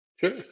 Sure